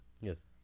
yes